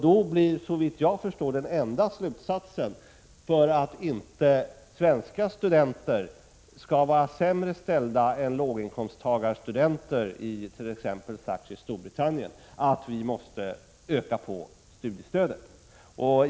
Då blir, såvitt jag förstår, den enda slutsatsen, för att inte svenska studenter skall vara sämre ställda än låginkomststudenter i t.ex. Thatchers Storbritannien, att vi måste öka på studiestödet.